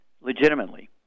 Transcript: legitimately